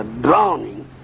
drowning